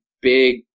big